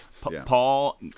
Paul